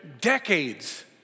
decades